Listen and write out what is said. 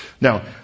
Now